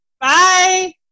Bye